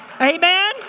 Amen